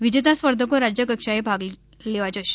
વિજેતા સા ર્ધકો રાજ્યકક્ષાએ ભાગ લેવા જશે